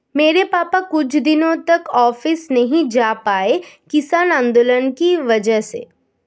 मेरे पापा कुछ दिनों तक ऑफिस नहीं जा पाए किसान आंदोलन की वजह से